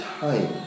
time